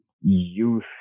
youth